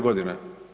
Godine.